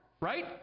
Right